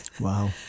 Wow